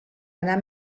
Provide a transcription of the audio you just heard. anar